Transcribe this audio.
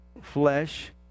Flesh